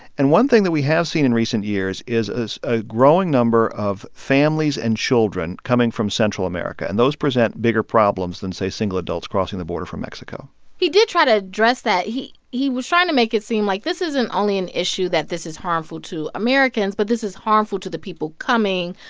and one thing that we have seen in recent years is is a growing number of families and children coming from central america. and those present bigger problems than, say, single adults crossing the border from mexico he did try to address that. he he was trying to make it seem like this isn't only an issue that this is harmful to americans. but this is harmful to the people coming,